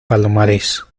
palomares